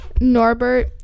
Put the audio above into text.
Norbert